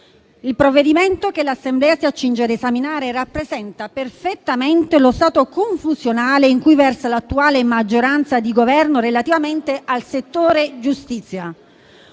il provvedimento che l'Assemblea si accinge a esaminare rappresenta perfettamente lo stato confusionale in cui versa l'attuale maggioranza di Governo relativamente al settore giustizia.